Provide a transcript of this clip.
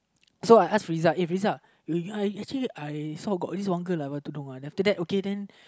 so I ask FrizauhFriza you I actually I saw got this one girl uh wear one uh then after that okay then